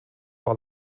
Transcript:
war